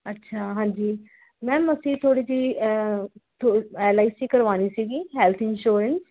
ਅੱਛਾ ਹਾਂਜੀ ਮੈਮ ਅਸੀਂ ਥੋੜ੍ਹੀ ਜਿਹੀ ਐਲ ਆਈ ਸੀ ਕਰਵਾਉਣੀ ਸੀਗੀ ਹੈਲਥ ਇਨਸ਼ੋਰੈਂਸ